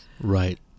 Right